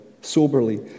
soberly